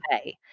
okay